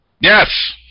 Yes